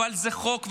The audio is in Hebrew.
אבל זה חוק,